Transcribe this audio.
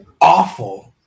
awful